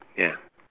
ya